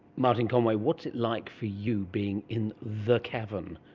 martin conway, what's it like for you being in the cavern?